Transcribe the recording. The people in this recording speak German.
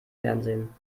fernsehen